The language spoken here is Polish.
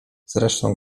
zresztą